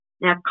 Now